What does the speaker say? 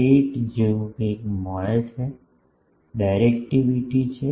8 જેવું કંઈક મળશે ડાયરેક્ટિવિટી છે